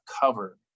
cover